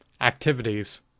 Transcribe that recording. activities